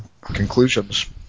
conclusions